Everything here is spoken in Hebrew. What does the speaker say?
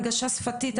הנגשה שפתית,